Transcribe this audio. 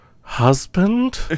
husband